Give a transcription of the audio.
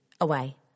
away